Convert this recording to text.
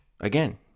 again